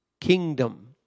kingdom